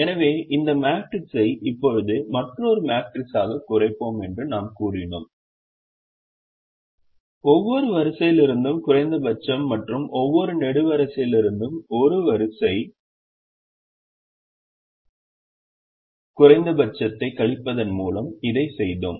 எனவே இந்த மேட்ரிக்ஸை இப்போது மற்றொரு மேட்ரிக்ஸாகக் குறைப்போம் என்று நாம் கூறினோம் ஒவ்வொரு வரிசையிலிருந்தும் குறைந்தபட்சம் மற்றும் ஒவ்வொரு நெடுவரிசையிலிருந்தும் ஒரு வரிசை குறைந்தபட்சத்தைக் கழிப்பதன் மூலம் இதைச் செய்தோம்